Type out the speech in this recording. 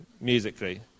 musically